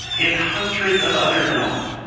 and hundreds of other films.